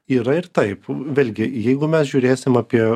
yra ir taip vėlgi jeigu mes žiūrėsim apie